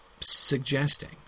suggesting